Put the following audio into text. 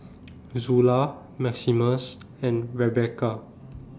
Zula Maximus and Rebekah